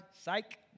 psych